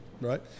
right